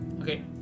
Okay